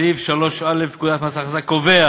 סעיף 3א לפקודת מס הכנסה קובע